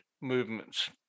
movements